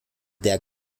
der